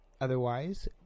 Otherwise